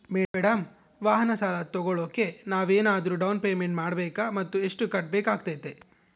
Madam ವಾಹನ ಸಾಲ ತೋಗೊಳೋಕೆ ನಾವೇನಾದರೂ ಡೌನ್ ಪೇಮೆಂಟ್ ಮಾಡಬೇಕಾ ಮತ್ತು ಎಷ್ಟು ಕಟ್ಬೇಕಾಗ್ತೈತೆ?